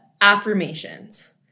affirmations